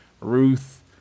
Ruth